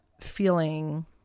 feeling